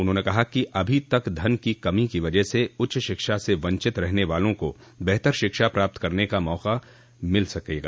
उन्होंने कहा कि अभी तक धन की कमी की वजह से उच्च शिक्षा से वंचित रहने वालों को बेहतर शिक्षा प्राप्त करने का मौका मिल सकेगा